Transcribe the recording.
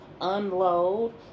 unload